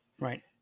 Right